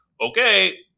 okay